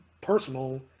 personal